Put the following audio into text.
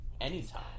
anytime